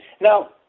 Now